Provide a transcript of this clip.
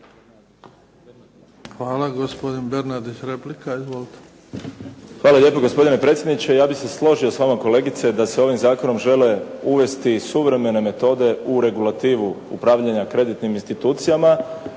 Izvolite. **Bernardić, Davor (SDP)** Hvala lijepa gospodine predsjedniče. Ja bih se složio s vama kolegice da se ovim zakonom žele uvesti suvremene metode u regulativu upravljanja kreditnim institucijama